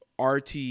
RT